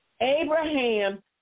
Abraham